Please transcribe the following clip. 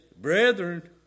brethren